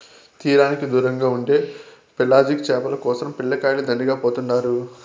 తీరానికి దూరంగా ఉండే పెలాజిక్ చేపల కోసరం పిల్లకాయలు దండిగా పోతుండారు